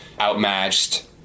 outmatched